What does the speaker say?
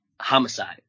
Homicide